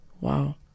Wow